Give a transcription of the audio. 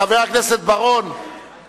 חבר הכנסת בר-און,